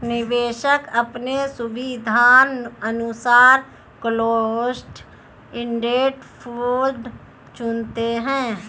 निवेशक अपने सुविधानुसार क्लोस्ड इंडेड फंड चुनते है